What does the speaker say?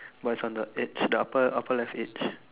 but is on the edge the upper upper left edge